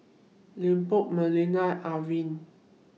Leopold Melanie Irvine